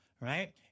right